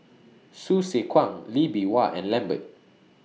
Hsu Tse Kwang Lee Bee Wah and Lambert